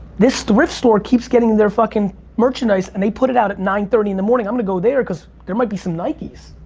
this thrift store keeps gettin' their fuckin' merchandise and they put it out at nine thirty in the morning. i'm gonna go there cause there might be some nikes,